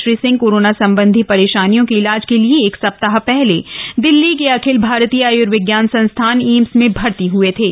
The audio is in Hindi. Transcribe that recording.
श्री सिंह कोरोना संबंधी परेशानियों के इलाज के लिए एक सप्ताह पहले दिल्ली के अखिल भारतीय आयुर्विज्ञान संस्थान एम्स में भर्ती हुए थे